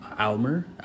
Almer